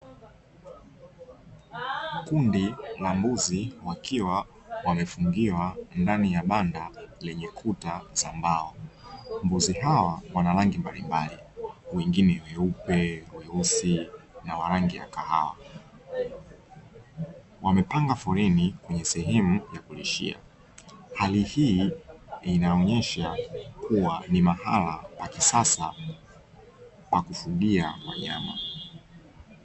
Kundi la mbuzi wakiwa wamefungiwa ndani ya banda, lenye kuta za mbao. Mbuzi hawa wana rangi mbalimbali; wengine weupe, weusi na wa rangi ya kahawa. Wamepanga foleni kwenye sehemu ya kulishia, hali hii inaonyesha kuwa ni mahala pa kisasa pa kufugia wanyama.